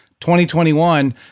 2021